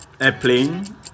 airplane